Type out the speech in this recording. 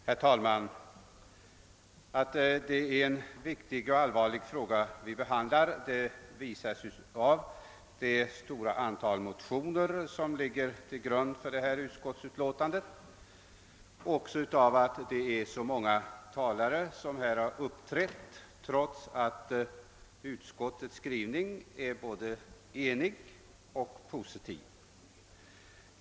Herr talman! Att det är en viktig och allvarlig fråga vi behandlar visar det stora antal motioner som ligger till grund för detta utskottsutlåtande och av att så många talare uppträtt, arbetet från vissa elevers sida, trots att utskottets skrivning är både enig och positiv.